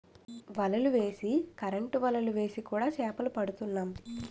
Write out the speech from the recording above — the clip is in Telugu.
వలలు వేసి కరెంటు వలలు వేసి కూడా చేపలు పడుతున్నాం